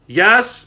yes